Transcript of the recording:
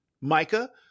Micah